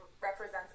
represents